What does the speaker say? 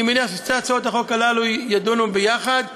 אני מניח ששתי הצעות החוק הללו יידונו ביחד וישולבו.